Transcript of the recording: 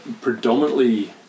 Predominantly